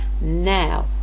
now